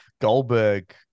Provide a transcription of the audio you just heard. Goldberg